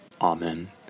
Amen